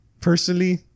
Personally